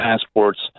passports